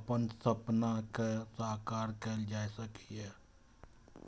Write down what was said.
अपन सपना कें साकार कैल जा सकैए